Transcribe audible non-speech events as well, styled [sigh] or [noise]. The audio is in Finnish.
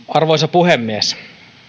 [unintelligible] arvoisa puhemies